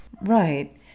Right